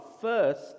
first